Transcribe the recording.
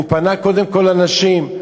הוא פנה קודם כול לנשים,